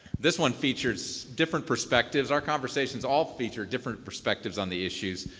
this one features different perspectives. our conversations all feature different perspectives on the issues.